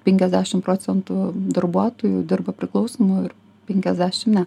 penkiasdešimt procentų darbuotojų dirba priklausomų ir penkiasdešimt ne